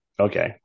Okay